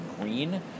green